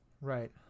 Right